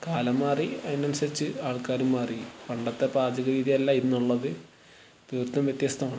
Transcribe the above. കാലം മാറി അതിനനുസരിച്ച് ആൾക്കാരും മാറി പണ്ടത്തെ പാചക രീതിയല്ല ഇന്നുള്ളത് തീർത്തും വ്യത്യസ്തമാണ്